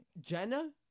Jenna